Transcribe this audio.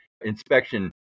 inspection